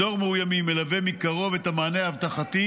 מדור מאוימים מלווה מקרוב את המענה האבטחתי,